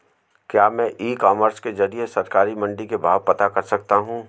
क्या मैं e commerce के ज़रिए सरकारी मंडी के भाव पता कर सकता हूँ?